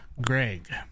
Greg